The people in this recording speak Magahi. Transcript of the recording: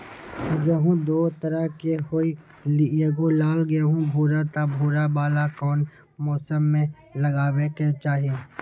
गेंहू दो तरह के होअ ली एगो लाल एगो भूरा त भूरा वाला कौन मौसम मे लगाबे के चाहि?